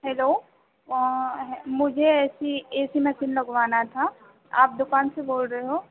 hello मुझे A C A C machine लगवाना था आप दुकान से बोल रहे हो